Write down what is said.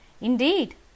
Indeed